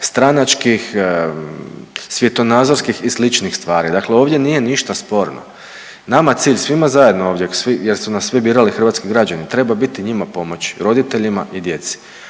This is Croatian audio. stranačkih, svjetonazorskih i sličnih stvari, dakle ovdje nije ništa sporno. Nama cilj svima zajedno ovdje jer su nas sve birali hrvatski građani, treba biti njima pomoći, roditeljima i djeci,